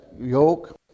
yoke